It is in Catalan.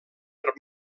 per